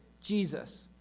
Jesus